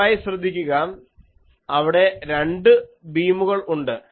ദയവായി ശ്രദ്ധിക്കുക അവിടെ രണ്ട് ബീമുകൾ ഉണ്ട്